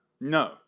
No